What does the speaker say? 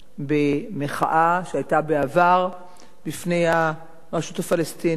במחאה שהיתה בעבר בפני הרשות הפלסטינית,